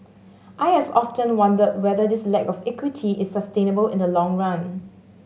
I have often wondered whether this lack of equity is sustainable in the long run